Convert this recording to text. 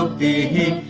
the